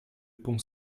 pont